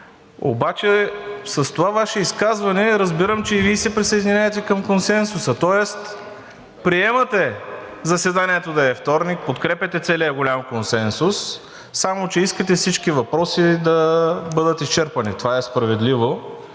Обаче с това Ваше изказване разбирам, че и Вие се присъединявате към консенсуса, тоест приемате заседанието да е във вторник, подкрепяте целия голям консенсус, само че искате всички въпроси да бъдат изчерпани. Това е справедливо,